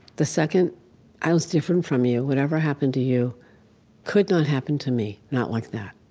the second i was different from you whatever happened to you could not happen to me, not like that.